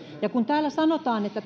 täällä sanotaan että